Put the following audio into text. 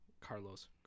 carlos